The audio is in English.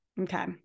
Okay